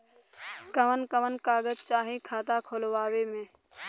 कवन कवन कागज चाही खाता खोलवावे मै?